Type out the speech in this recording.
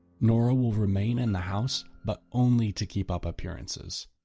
nora will remain in the house, but only to keep up appearances.